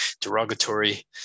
derogatory